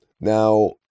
Now